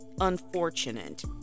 unfortunate